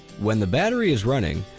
when the battery is running